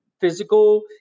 physical